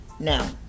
Now